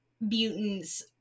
mutants